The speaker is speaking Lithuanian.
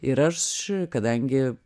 ir aš kadangi